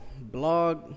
blog